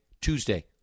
Tuesday